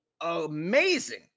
amazing